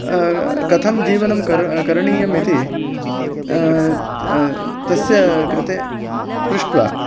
कथं जीवनं करणीयम् इति तस्य कृते पृष्ट्वा